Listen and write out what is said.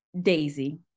Daisy